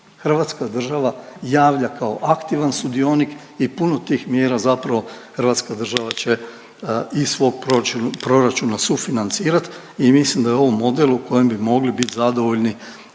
Hrvatska država javlja kao aktivan sudionik i puno tih mjera zapravo Hrvatska država će iz svog proračuna sufinancirati i mislim da je ovo model u kojem bi mogli bit zadovoljni